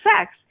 sex